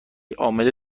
عامل